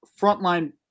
frontline